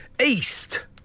East